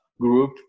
group